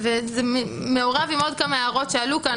וזה מעורב עם עוד כמה הערות שעלו כאן